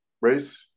race